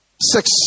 six